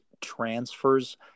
transfers